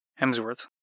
Hemsworth